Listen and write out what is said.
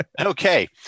Okay